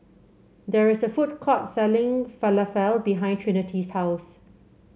there is a food court selling Falafel behind Trinity's house